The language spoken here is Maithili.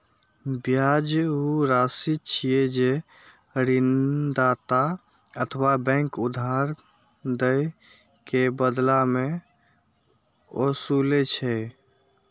ब्याज ऊ राशि छियै, जे ऋणदाता अथवा बैंक उधार दए के बदला मे ओसूलै छै